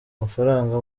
mafaranga